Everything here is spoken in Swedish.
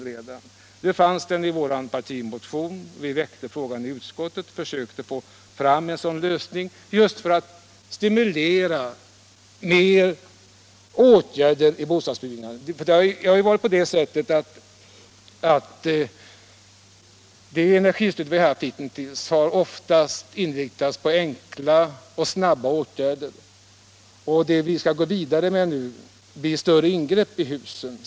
Nu fanns den möjligheten i vår partimotion, vi väckte frågan i utskottet och försökte få fram en sådan lösning just för att stimulera till energisparande med åtgärder vid bostadsbyggandet. De energibeslut vi har fattat hittills har oftast inriktats på enkla och snabba åtgärder. Det som vi skall gå vidare med nu kräver säkerligen större ingrepp i husen.